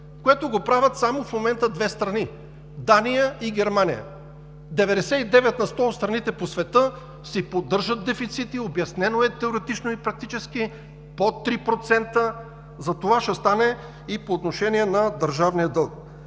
което го правят само в момента две страни – Дания и Германия. Деветдесет и девет на сто от страните по света си поддържат дефицити, обяснено е теоретично и практически, под 3%, затова ще стане и по отношение на държавния дълг.